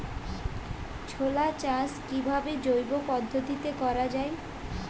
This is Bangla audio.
ছোলা চাষ কিভাবে জৈব পদ্ধতিতে করা যায়?